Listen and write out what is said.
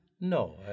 No